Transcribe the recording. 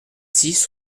six